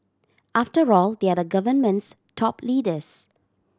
after all they are the government's top leaders